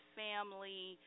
family